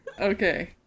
Okay